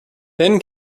then